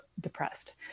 Depressed